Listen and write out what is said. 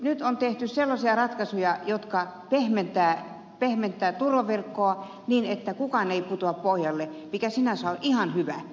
nyt on tehty sellaisia ratkaisuja jotka pehmentävät turvaverkkoa niin että kukaan ei putoa pohjalle mikä sinänsä on ihan hyvä